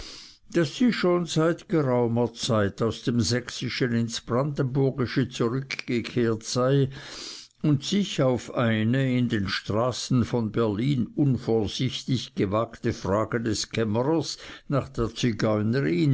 daß sie schon seit geraumer zeit aus dem sächsischen ins brandenburgische zurückgekehrt sei und sich auf eine in den straßen von berlin unvorsichtig gewagte frage des kämmerers nach der zigeunerin